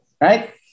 right